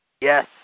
Yes